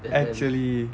actually